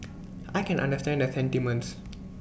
I can understand the sentiments